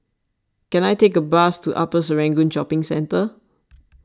can I take a bus to Upper Serangoon Shopping Centre